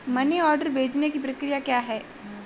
Money order भेजने की प्रक्रिया क्या है?